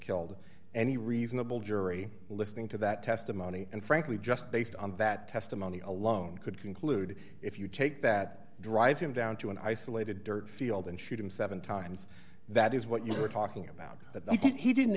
killed any reasonable jury listening to that testimony and frankly just based on that testimony alone could conclude if you take that drive him down to an isolated dirt field and shoot him seven times that is what you were talking about